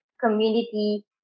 community